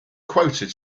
quoted